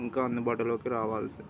ఇంకా అందుబాటులోకి రావలసి